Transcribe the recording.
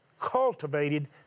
cultivated